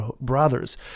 brothers